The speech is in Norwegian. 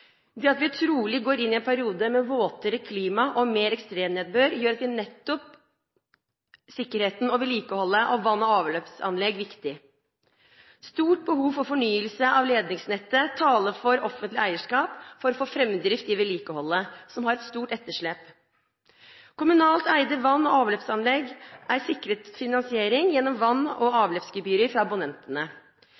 Det at vi trolig går inn i en periode med våtere klima og mer ekstremnedbør, gjør nettopp sikkerheten for og vedlikeholdet av vann- og avløpsanlegg viktig. Stort behov for fornyelse av ledningsnettet taler for offentlig eierskap for å få framdrift i vedlikeholdet, som har et stort etterslep. Kommunalt eide vann- og avløpsanlegg er sikret finansiering gjennom vann- og